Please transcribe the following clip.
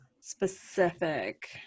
specific